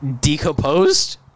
decomposed